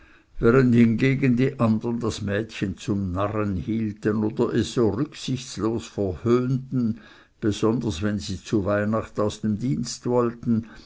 während hingegen die andern das mädchen zum narren hielten oder es so rücksichtslos verhöhnten besonders wenn sie zu weihnacht aus dem dienst wollten